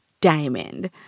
diamond